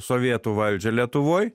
sovietų valdžią lietuvoj